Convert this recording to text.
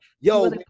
Yo